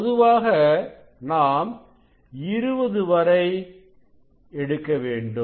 பொதுவாக நாம் 20 வரை எடுக்க வேண்டும்